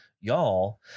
y'all